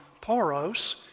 poros